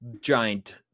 giant